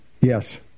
Yes